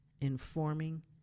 informing